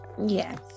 yes